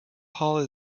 hall